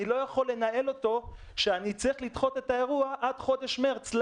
אני לא יכול לנהל אותו כשאני צריך לדחות את האירוע עד חודש מרץ,